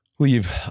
Leave